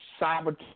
cyber